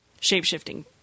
shape-shifting